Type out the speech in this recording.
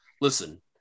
Listen